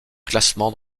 classement